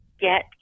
get